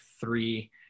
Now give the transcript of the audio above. three